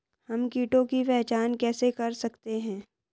हम कीटों की पहचान कैसे कर सकते हैं?